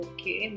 Okay